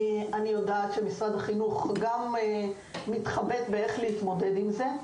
אני יודעת שגם משרד החינוך מתחבט בשאלה איך להתמודד עם זה.